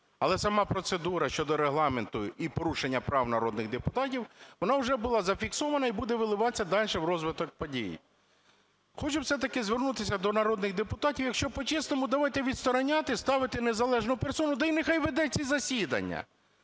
Але сама процедура щодо Регламенту і порушення прав народних депутатів вона вже була зафіксована і буде виливатися далі в розвиток подій. Хочу все-таки звернутися до народних депутатів, якщо по-чесному, давайте відстороняти, ставити незалежну персону, та й нехай веде ці засідання.